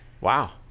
Wow